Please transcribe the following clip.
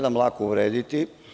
dam lako uvrediti.